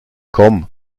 komm